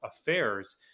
affairs